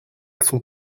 son